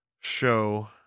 show